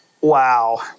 Wow